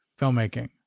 filmmaking